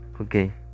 okay